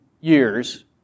years